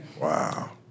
Wow